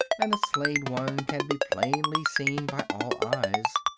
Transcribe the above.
and the slain one can be plainly seen by all eyes.